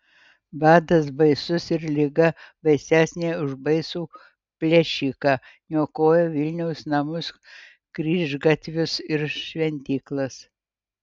badas baisus ir liga baisesnė už baisų plėšiką niokoja vilniaus namus kryžgatvius ir šventyklas